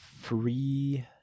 free